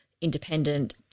independent